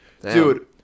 Dude